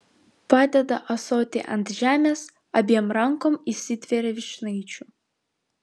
padeda ąsotį ant žemės abiem rankom įsitveria vyšnaičių